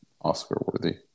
Oscar-worthy